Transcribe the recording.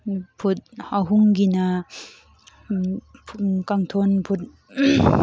food ꯑꯍꯨꯝꯒꯤꯅ ꯀꯥꯡꯊꯣꯟ food